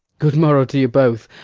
good morrow to you both.